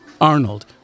Arnold